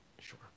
Sure